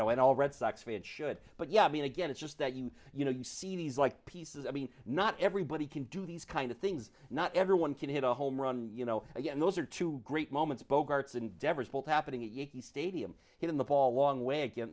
know and all red sox fans should but yeah i mean again it's just that you you know you see these like pieces i mean not everybody can do these kind of things not everyone can hit a home run you know again those are two great moments bogart's endeavors both happening at yankee stadium hitting the ball long way again